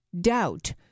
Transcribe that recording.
doubt